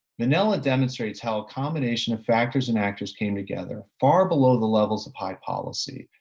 manila demonstrates how a combination of factors and actors came together far below the levels of high policy,